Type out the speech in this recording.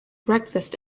breakfast